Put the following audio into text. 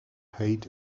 height